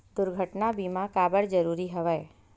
दुर्घटना बीमा काबर जरूरी हवय?